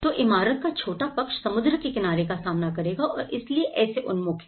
तो इमारत का छोटा पक्ष समुद्र के किनारे का सामना करेगा और इसीलिए ऐसे उन्मुख हैं